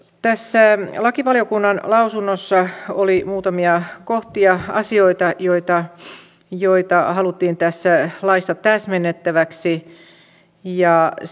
tässä lakivaliokunnan lausunnossa oli muutamia asioita joita haluttiin tässä laissa täsmennettäväksi